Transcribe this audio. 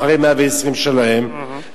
אחרי מאה-ועשרים שלהם,